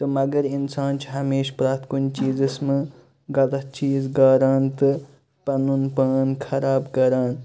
مَگَر اِنسان چھُ ہَمیشہ پرٛٮ۪تھ کُنہِ چیٖزَس مَنٛز غَلَط چیٖز غاران تہٕ پَنُن پان خَراب کَران